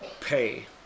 pay